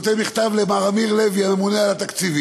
מכתב שהוא כותב למר אמיר לוי, הממונה על התקציבים.